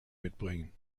mitbringen